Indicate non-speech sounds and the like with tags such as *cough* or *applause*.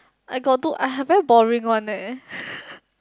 I got do I very boring one eh *laughs*